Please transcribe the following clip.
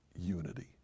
unity